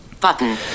button